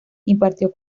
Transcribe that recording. impartió